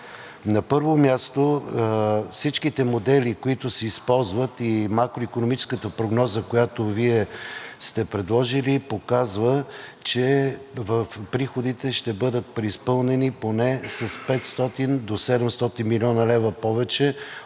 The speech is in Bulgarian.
На първо място, всичките модели, които се използват, и макроикономическата прогноза, която Вие сте предложили, показва, че приходите ще бъдат преизпълнени поне с 500 до 700 млн. лв. повече